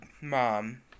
Mom